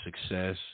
success